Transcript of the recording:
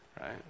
right